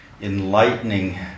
enlightening